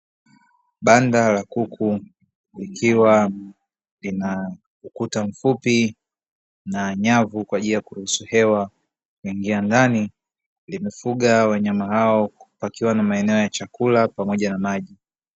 Banda la kuku likiwa ukuta mfupi na nyavu, kwa njia ya kuruhusu hewa kuingia ndani, limefuga wanyama hao pakiwa na maeneo ya chakula pamoja na maji.